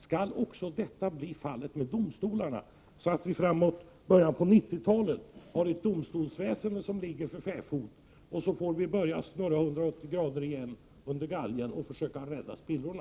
Skall detta bli fallet också med domstolarna, så att vi fram mot början av 90-talet har ett domstolsväsende som ligger för fäfot och vi får böja oss 180” under galgen och försöka rädda spillrorna?